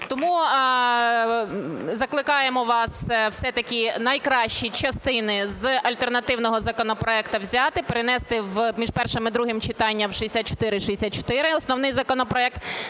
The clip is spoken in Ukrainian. Тому закликаємо вас все-таки найкращі частини з альтернативного законопроекту взяти, перенести між першим і другим читанням в 6464, основний законопроект,